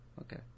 Okay